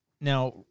now